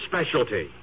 specialty